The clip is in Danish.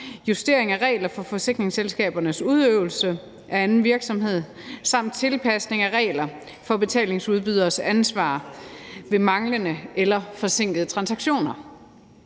justering af regler for forsikringsselskabernes udøvelse af anden virksomhed samt tilpasning af regler for betalingsudbyderes ansvar ved manglende eller forsinkede transaktioner.